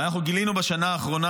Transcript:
אבל אנחנו גילינו בשנה האחרונה